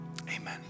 amen